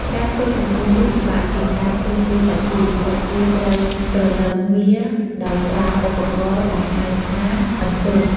ការធ្វើកំពូលនេះ ពិបាកជាងការធ្វើតួសាជី ដ្បិតគេត្រូវក្រឡឹងវាដោយប្រើឧបករណ៍ដែលហៅថាអន្ទោក។